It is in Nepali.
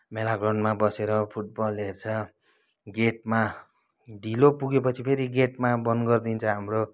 मेला ग्राउन्डमा बसेर फुटबल हेर्छ गेटमा ढिलो पुग्यो पछि फेरि गेटमा बन्द गरिदिन्छ हाम्रो